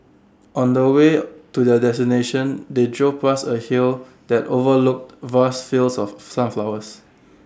on the way to their destination they drove past A hill that overlooked vast fields of sunflowers